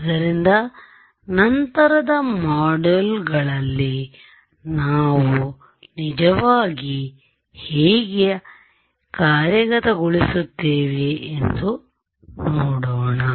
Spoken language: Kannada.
ಆದ್ದರಿಂದ ನಂತರದ ಮಾಡ್ಯೂಲ್ಗಳಲ್ಲಿ ನಾವು ನಿಜವಾಗಿ ಹೇಗೆ ಕಾರ್ಯಗತಗೊಳಿಸುತ್ತೇವೆ ಎಂದು ನೋಡೋಣ